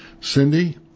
Cindy